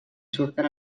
surten